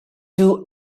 two